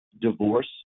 divorce